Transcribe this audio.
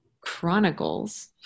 Chronicles